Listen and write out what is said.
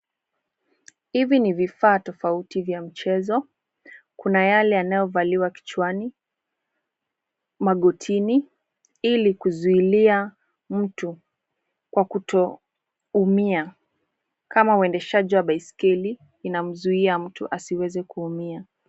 Hivi ni vifaa tofauti vya mchezo. Kuna yale yanayovaliwa kichwani, magotini ili kuzuilia mtu kwa kutoumia kama uendeshaji wa baiskeli inamzuia mtu asiweze kuumia.